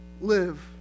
live